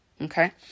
okay